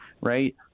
right